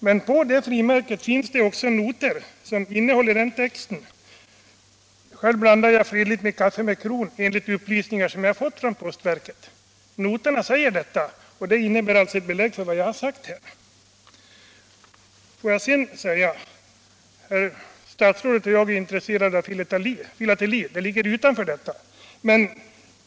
Men på frimärket finns det också, enligt de upplysningar jag fått från postverket, noter som svarar mot texten: ”Själv blandar jag fredligt mitt kaffe med kron ..;” Noterna säger detta, och det ger alltså belägg för vad jag har sagt. Statsrådet och jag är intresserade av filateli, men det ligger utanför diskussionen.